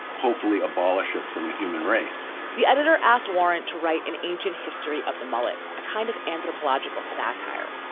hopefully abolish it from the human race the editor asked warren to write in ancient history of the mullet, a kind of anthropological satire.